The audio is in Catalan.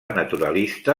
naturalista